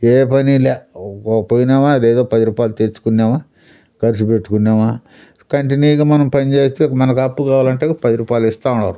ఏ పని లే పోయినామా అదేదో పది రూపాయలు తెచ్చుకున్నామా ఖర్చు పెట్టుకున్నామా కంటిన్యూగా మనం పని చేస్తే మనకి అప్పు కావాలంటే పది రూపాయలు ఇస్తూ ఉన్నారు